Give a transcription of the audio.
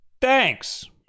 Thanks